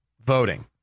voting